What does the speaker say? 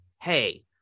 Hey